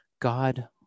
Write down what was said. God